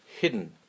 hidden